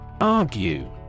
ARGUE